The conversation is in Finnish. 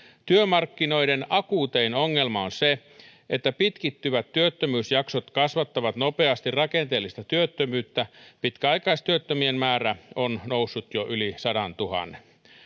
työmarkkinoiden akuutein ongelma on se että pitkittyvät työttömyysjaksot kasvattavat nopeasti rakenteellista työttömyyttä pitkäaikaistyöttömien määrä on noussut jo yli sadantuhannen